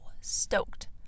stoked